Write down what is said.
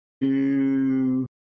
two